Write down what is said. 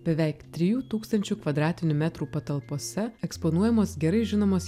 beveik trijų tūkstančių kvadratinių metrų patalpose eksponuojamos gerai žinomos